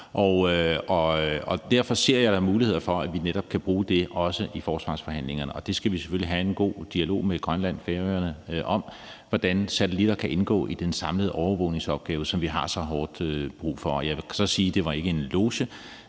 derfor ser jeg da muligheder for, at vi netop kan bruge det også i forsvarsforhandlingerne. Det skal vi selvfølgelig have en god dialog med Grønland og Færøerne om, altså hvordan satellitter kan indgå i den samlede overvågningsopgave, som vi har så hårdt brug for. Jeg vil så sige, at det ikke var en loge,